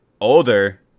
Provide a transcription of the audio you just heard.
older